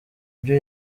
byo